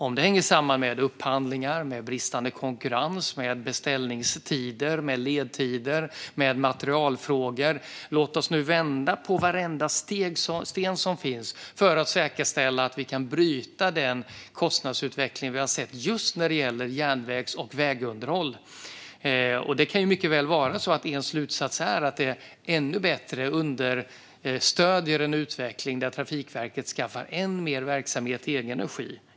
Det kan hänga samman med upphandlingar, med bristande konkurrens, med beställningstider, med ledtider eller materialfrågor - låt oss nu vända på varenda sten för att säkerställa att vi kan bryta den kostnadsutveckling vi har sett just när det gäller järnvägs och vägunderhåll. Det kan mycket väl vara så att en slutsats är att det ännu bättre understöder en utveckling där Trafikverket skaffar än mer verksamhet i egen regi.